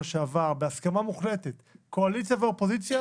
שעבר בהסכמה מוחלטת - קואליציה ואופוזיציה,